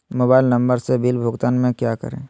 Mobile number से bill भुगतान में क्या करें?